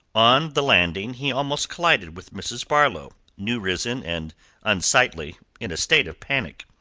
on the landing he almost collided with mrs. barlow, new-risen and unsightly, in a state of panic.